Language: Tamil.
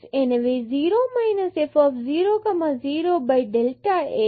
எனவே 0 f 0 0 delta x